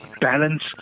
Balance